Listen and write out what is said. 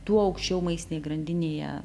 tuo aukščiau maistinėj grandinėje